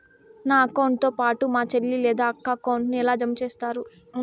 నా అకౌంట్ తో పాటు మా చెల్లి లేదా అక్క అకౌంట్ ను ఎలా జామ సేస్తారు?